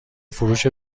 فروش